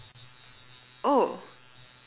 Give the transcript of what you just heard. oh